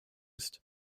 ist